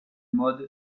mode